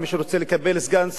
מי שרוצה לקבל סגן שר,